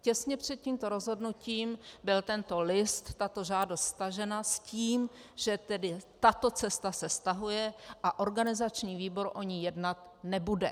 Těsně před tímto rozhodnutím byl tento list, tato žádost stažena s tím, že tato cesta se stahuje a organizační výboru o ní jednat nebude.